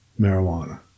marijuana